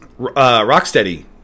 Rocksteady